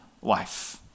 wife